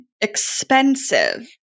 expensive